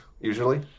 usually